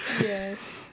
Yes